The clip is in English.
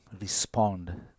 respond